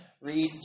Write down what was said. Read